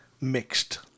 mixed